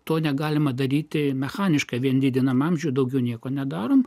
to negalima daryti mechaniškai vien didiname amžių daugiau nieko nedarome